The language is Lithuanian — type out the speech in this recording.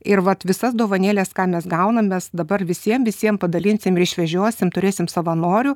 ir vat visas dovanėles ką mes gaunam mes dabar visiem visiem padalinsim ir išvežiosim turėsim savanorių